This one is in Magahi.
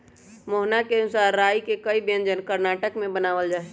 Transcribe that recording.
मोहना के अनुसार राई के कई व्यंजन कर्नाटक में बनावल जाहई